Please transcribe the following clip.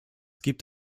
gibt